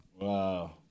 Wow